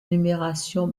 numération